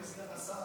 סגן השר,